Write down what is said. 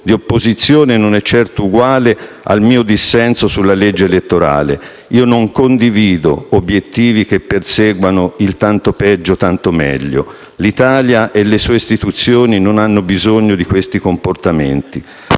di opposizione non è certo uguale al mio dissenso sulla legge elettorale: io non condivido obiettivi che perseguano il «tanto peggio, tanto meglio». L'Italia e le sue istituzioni non hanno bisogno di questi comportamenti.